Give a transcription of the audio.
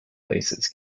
places